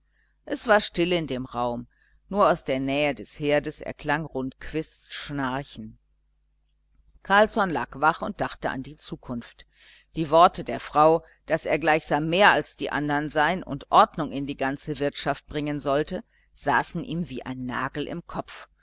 es war still in dem raum nur aus der nähe des herdes erklang rundquists schnarchen carlsson lag wach und dachte an die zukunft die worte der frau daß er gleichsam mehr als die anderen sein und ordnung in die ganze wirtschaft bringen sollte saßen ihm wie ein nagel im kopf